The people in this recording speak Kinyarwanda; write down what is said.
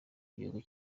igihugu